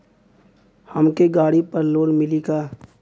हमके गाड़ी पर लोन मिली का?